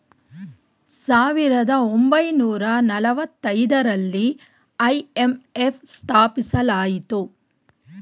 ಸಾವಿರದ ಒಂಬೈನೂರ ನಾಲತೈದರಲ್ಲಿ ಐ.ಎಂ.ಎಫ್ ಸ್ಥಾಪಿಸಲಾಯಿತು